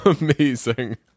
Amazing